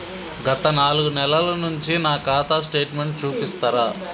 గత నాలుగు నెలల నుంచి నా ఖాతా స్టేట్మెంట్ చూపిస్తరా?